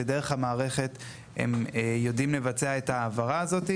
ודרך המערכת הם יודעים לבצע את ההעברה הזאת.